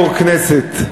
יושב-ראש כנסת.